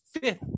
fifth